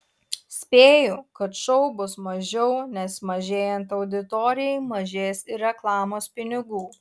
spėju kad šou bus mažiau nes mažėjant auditorijai mažės ir reklamos pinigų